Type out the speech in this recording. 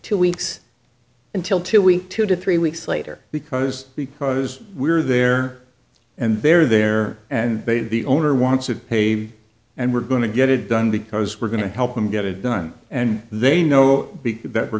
two weeks until two weeks two to three weeks later because because we're there and they're there and bade the owner wants it pay and we're going to get it done because we're going to help them get it done and they know big that we're